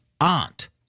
aunt